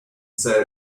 said